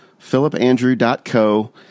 Philipandrew.co